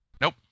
Nope